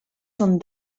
són